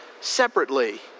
Separately